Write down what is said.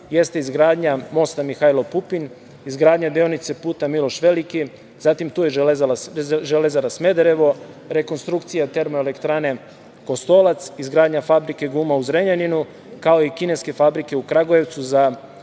jeste izgradnja mosta „Mihajlo Pupin“, izgradnja deonice puta „Miloš Veliki“, zatim tu je Železara Smederevo, rekonstrukcija termoelektrane Kostolac, izgradnja fabrike guma u Zrenjaninu, kao i kineske fabrike u Kragujevcu za proizvodnju